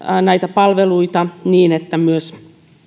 näitä palveluita kun myös